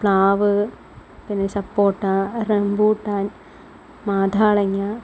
പ്ലാവ് പിന്നെ സപ്പോട്ട റംബൂട്ടാൻ മാതളനാരങ്ങ